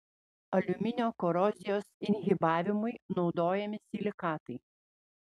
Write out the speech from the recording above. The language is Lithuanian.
aliuminio korozijos inhibavimui naudojami silikatai